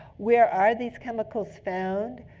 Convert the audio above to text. where are these chemicals found?